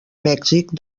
mèxic